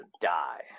die